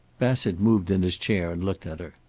bassett moved in his chair and looked at her.